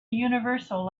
universal